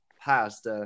past